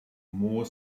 more